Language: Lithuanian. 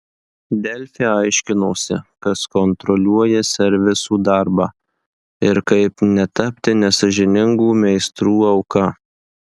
delfi aiškinosi kas kontroliuoja servisų darbą ir kaip netapti nesąžiningų meistrų auka